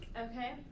okay